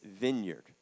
vineyard